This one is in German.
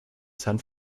san